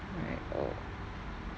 right oh